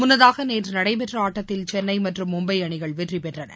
முன்னதாக நேற்று நடைபெற்ற ஆட்டத்தில் சென்னை மற்றும் மும்பை அளிகள் வெற்றி பெற்றள